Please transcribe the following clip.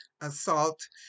assault